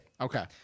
Okay